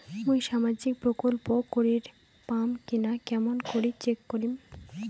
মুই সামাজিক প্রকল্প করির পাম কিনা কেমন করি চেক করিম?